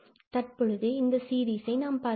தற்போது இந்த சீரிஸை நாம் பார்க்கலாம்